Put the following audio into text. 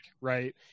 right